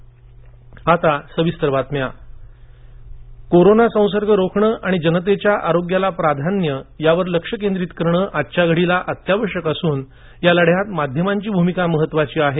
ठाकरे बैठक कोरोना संसर्ग रोखणे आणि जनतेच्या आरोग्याला प्राधान्य यावर लक्ष केंद्रित करणे आजच्या घडीला अत्यावश्यक असून या लढ्यात माध्यमांची भूमिका महत्वाची आहे